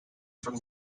from